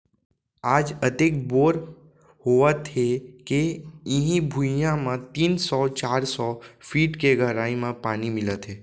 आज अतेक बोर होवत हे के इहीं भुइयां म तीन सौ चार सौ फीट के गहरई म पानी मिलत हे